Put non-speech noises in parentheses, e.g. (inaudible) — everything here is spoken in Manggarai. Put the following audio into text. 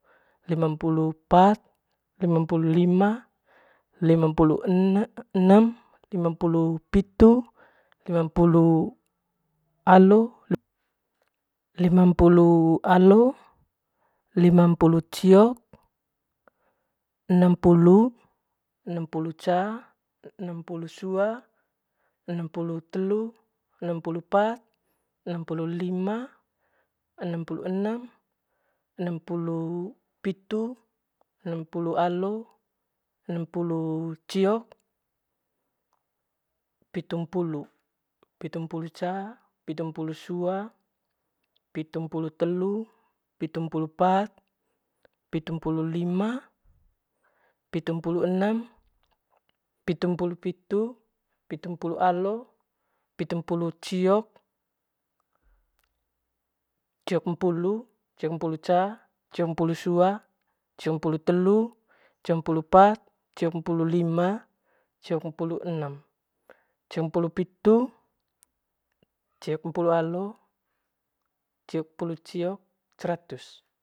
Limampulu pat limampulu lima limampulu (unintelligible) enem limampulu pitu ampulu alo limampulu ciok enempulu enempulu ca enempulu sua enempulu enem enempulu pitu enempulu alo enempulu ciok pitumpulu pitumpulu ca pitumpulu sua pitumpulu telu pitumpulu pat pitumpulu lima pitumpulu enem pitumpulu pitu pitumpulu alo pitumpulu ciok ciokmpulu ciokmpulu ca ciokmpulu su ciokmpulu telu ciokmpulu pat ciokmpulu lima ciokmpulu enem ciokmpulu pitu ciokmpulu alo ciokmpulu ciok ceratus.